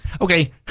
Okay